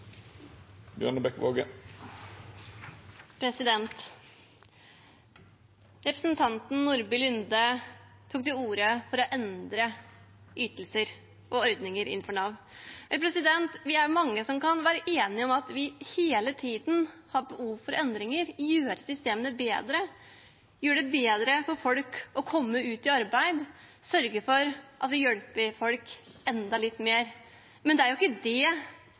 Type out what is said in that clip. før kuttene. Representanten Nordby Lunde tok til orde for å endre ytelser og ordninger innenfor Nav. Vi er mange som kan være enige om at vi hele tiden har behov for endringer – gjøre systemene bedre, gjøre det enklere for folk å komme ut i arbeid og sørge for at vi hjelper folk enda litt mer. Men det er ikke det